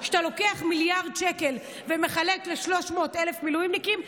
כשאתה לוקח מיליארד שקל ומחלק ל-300,000 מילואימניקים,